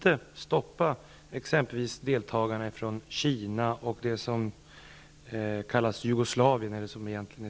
Då Martin Nilsson, som framställt frågan, anmält att han var förhindrad att närvara vid sammanträdet, medgav andre vice talmannen att